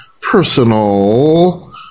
personal